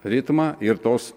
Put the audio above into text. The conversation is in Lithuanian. ritmą ir tos